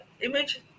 image